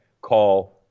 call